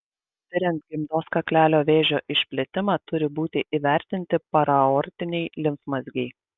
tiriant gimdos kaklelio vėžio išplitimą turi būti įvertinti paraaortiniai limfmazgiai